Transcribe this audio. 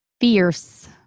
Fierce